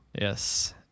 Yes